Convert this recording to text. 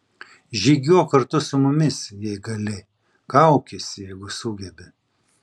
žygiuok kartu su mumis jei gali kaukis jeigu sugebi